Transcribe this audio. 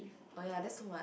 oh ya that's too much